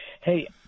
Hey